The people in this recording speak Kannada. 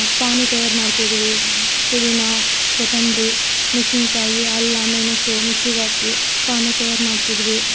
ಪಾನಿ ತಯಾರು ಮಾಡ್ತಿದ್ದೀವಿ ಕುದಿನಾ ಕೊತಂಬ್ರಿ ಮೆಣ್ಶಿನ್ ಕಾಯಿ ಅಲ್ಲ ಮೆಣಸು ಮಿಕ್ಸಿಗೆ ಹಾಕಿ ಪಾನಿ ತಯಾರು ಮಾಡ್ತಿದ್ವಿ